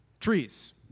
Trees